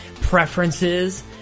preferences